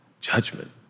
judgment